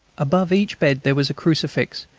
above each bed there was a crucifix,